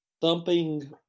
thumping